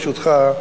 ברשותך,